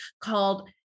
called